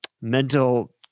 mental